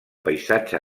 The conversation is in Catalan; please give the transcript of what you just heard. paisatge